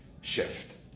shift